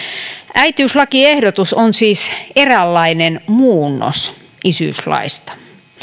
äitiyslakiehdotus on siis eräänlainen muunnos isyyslaista